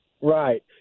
Right